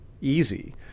easy